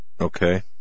Okay